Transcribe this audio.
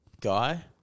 guy